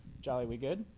joly, we good?